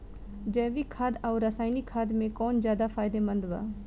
जैविक खाद आउर रसायनिक खाद मे कौन ज्यादा फायदेमंद बा?